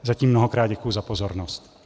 Zatím mnohokrát děkuji za pozornost.